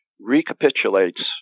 recapitulates